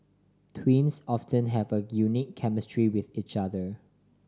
twins often have a unique chemistry with each other